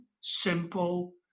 simple